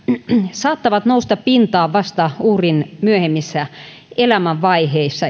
saattavat nousta pintaan vasta uhrin myöhemmissä elämänvaiheissa